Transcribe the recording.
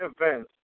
events